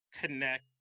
connect